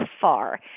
far